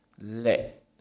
let